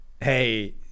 hey